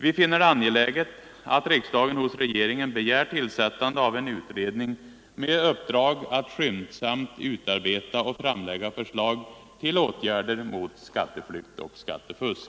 Vi finner det angeläget att riksdagen hos regeringen begär tillsättande av en utredning med uppdrag att skyndsamt utarbeta och framlägga förslag till åtgärder mot skatteflykt och skattefusk.